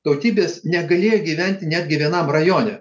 tautybės negali gyventi netgi vienam rajone